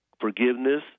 forgiveness